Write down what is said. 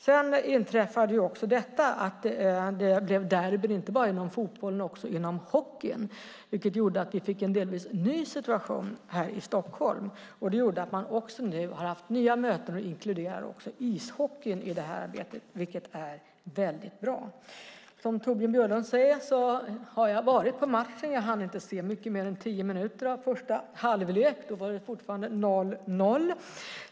Sedan inträffade också detta att det blev derby inte bara inom fotbollen utan också inom hockeyn, vilket gjorde att vi fick en delvis ny situation här i Stockholm. Detta gjorde att man nu har haft nya möten och inkluderar även ishockeyn i arbetet, och det är väldigt bra. Som Torbjörn Björlund säger har jag varit på matchen. Jag hann inte se mycket mer än tio minuter av första halvlek, och då var det fortfarande 0-0.